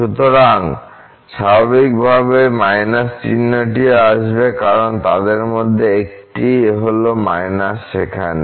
সুতরাং স্বাভাবিকভাবেই চিহ্নটিও আসবে কারণ তাদের মধ্যে একটি হল সেখানে